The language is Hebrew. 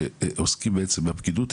שעוסקים בפקידות,